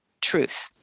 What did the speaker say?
truth